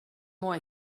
more